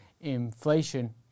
inflation